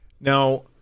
Now